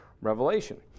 Revelation